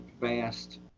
fast